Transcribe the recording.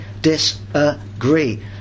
disagree